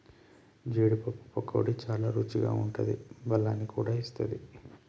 జీడీ పప్పు పకోడీ చాల రుచిగా ఉంటాది బలాన్ని కూడా ఇస్తది